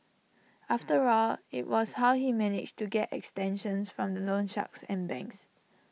after all IT was how he managed to get extensions from the loan shark and banks